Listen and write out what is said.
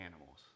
animals